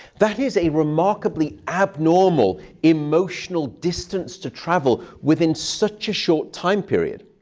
that is a remarkably abnormal emotional distance to travel within such a short time period.